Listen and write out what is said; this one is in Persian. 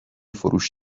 فروش